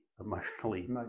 emotionally